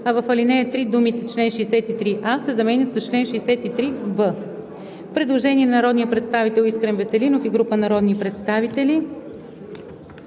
а в ал. 3 думите „чл. 63а“ се заменят с „чл. 63б“. Предложение на народния представител Искрен Веселинов и група народни представители.